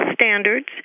standards